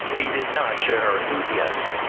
he did not share her enthusiasm.